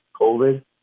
COVID